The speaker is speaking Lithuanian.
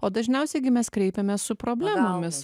o dažniausiai gi mes kreipiamės su problemomis